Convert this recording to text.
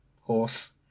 Horse